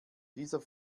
dieser